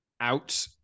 out